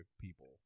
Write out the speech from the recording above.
people